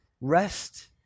Rest